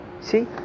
See